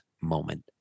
moment